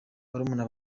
barumuna